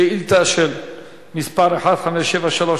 שאילתא מס' 1573,